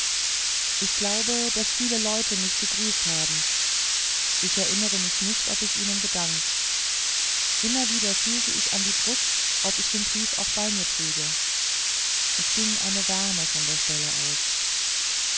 ich glaube daß viele leute mich gegrüßt haben ich erinnere mich nicht ob ich ihnen gedankt immer wieder fühlte ich an die brust ob ich den brief auch bei mir trüge es ging eine wärme von der stelle aus